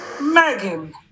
Megan